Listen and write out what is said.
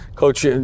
Coach